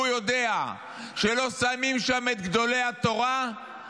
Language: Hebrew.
והוא יודע שלא שמים שם את גדולי התורה,